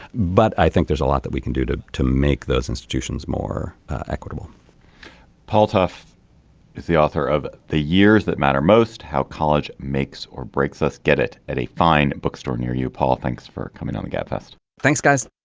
but i think there's a lot that we can do to to make those institutions more equitable paul tough is the author of the years that matter most how college makes or breaks us get it at a fine bookstore near you. paul thanks for coming on and gabfest. thanks guys.